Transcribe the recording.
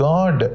God